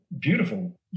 beautiful